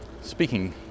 Speaking